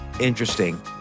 interesting